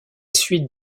suite